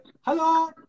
hello